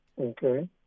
Okay